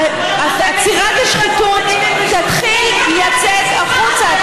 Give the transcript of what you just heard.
עצירת השחיתות תתחיל לצאת החוצה.